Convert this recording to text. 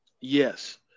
Yes